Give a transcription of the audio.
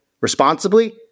responsibly